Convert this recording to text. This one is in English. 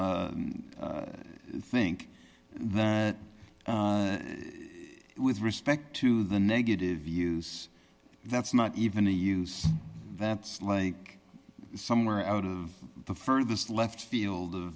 to think that with respect to the negative views that's not even a use that's like somewhere out of the furthest left field